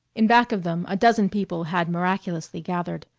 in back of them a dozen people had miraculously gathered.